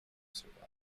survived